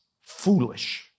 foolish